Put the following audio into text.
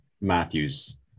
Matthews